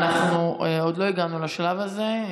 עוד לא הגענו לשלב הזה.